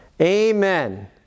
Amen